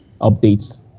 updates